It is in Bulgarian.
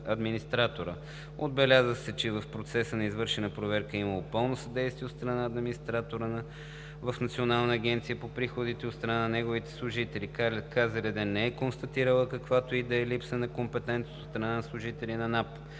Отбеляза се, че в процеса на извършената проверка е имало пълно съдействие от страна на администратора в Националната агенция за приходите и от страна на неговите служители. Комисията за защита на личните данни не е констатирала каквато и да е липса на компетентност от страна на служителите на НАП.